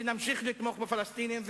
שנמשיך לתמוך בפלסטינים,